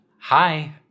Hi